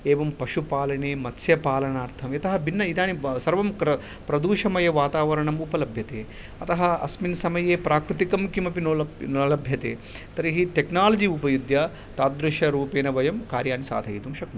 एवं पशुपालने मत्स्यपालनार्थं यथा भिन्न इदानीं सर्वं क्र प्रदूषमयं वातावरणम् उपलभ्यते अतः अस्मिन् समये प्राकृतिकं किमपि न लभ्यते तर्हि टेक्नालजी उपयुज्य तादृशरूपेण वयं कार्याणि साधयितुं शक्नुमः